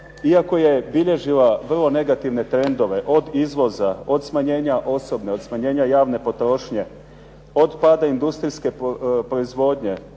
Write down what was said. iako je bilježila vrlo negativne trendove, od izvoza, od smanjenja osobne, od smanjenja javne potrošnje, od pada industrijske proizvodnje,